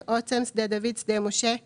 עכשיו הם ב-0 עד 7, וזה בכלל משהו אחר.